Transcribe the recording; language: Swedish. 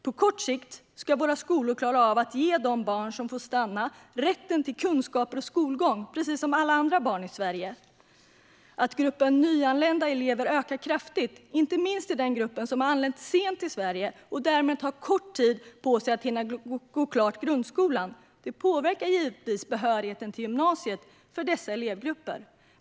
På kort sikt ska våra skolor klara av att ge de barn som får stanna rätten till kunskaper och skolgång precis som alla andra barn i Sverige. Att gruppen nyanlända elever ökar kraftigt, inte minst i den grupp som anlänt sent till Sverige och därmed har kort tid på sig att hinna gå klart grundskolan, påverkar givetvis behörigheten till gymnasiet för dessa elevgrupper.